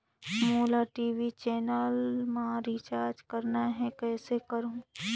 मोला TV channel मा recharge करना हे, कइसे करहुँ?